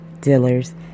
Dealer's